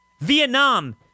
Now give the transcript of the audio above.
Vietnam